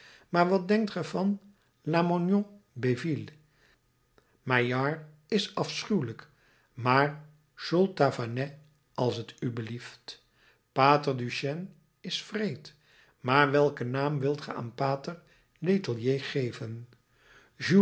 maar wat denkt ge van lamoignon bêville maillard is afschuwelijk maar saulx tavannes als t u belieft pater duchène is wreed maar welken naam wilt ge aan pater letellier geven